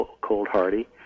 cold-hardy